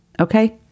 Okay